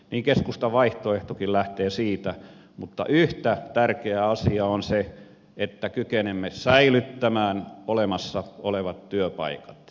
niin keskustan vaihtoehtokin lähtee siitä mutta yhtä tärkeä asia on se että kykenemme säilyttämään olemassa olevat työpaikat